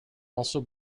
also